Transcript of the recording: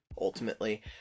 ultimately